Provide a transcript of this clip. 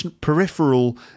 peripheral